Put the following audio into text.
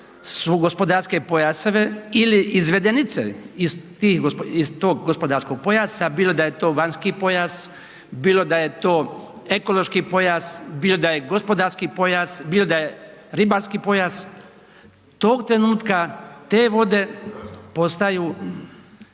gospodarske pojaseve ili izvedenice iz tog gospodarskog pojasa, bilo da je to vanjski pojas, bilo da je ekološki pojas, bilo da je gospodarski pojas, bilo da je ribarski pojas, tog trenutka, te vode postaju